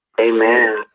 Amen